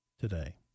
today